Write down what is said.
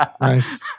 nice